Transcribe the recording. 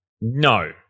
No